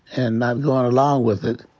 and not goin' along with it.